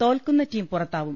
തോൽക്കുന്ന team പുറ ത്താവും